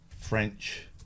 French